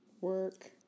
work